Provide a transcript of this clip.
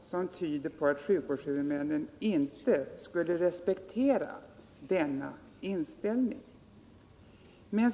som tyder på att sjukvårdshuvudmännen inte skulle respektera denna inställning.